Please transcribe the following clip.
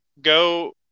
go